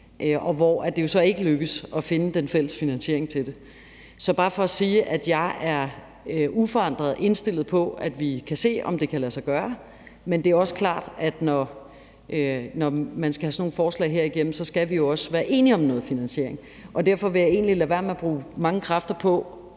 og hvor det jo så ikke lykkedes at finde den fælles finansiering til det. Så det er bare for at sige, at jeg uforandret er indstillet på, at vi kan se, om det kan lade sig gøre. Men det er også klart, at når man skal have sådan nogle forslag her igennem, skal vi jo også være enige om noget finansiering. Derfor vil jeg egentlig lade være med at bruge mange kræfter på